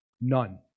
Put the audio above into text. None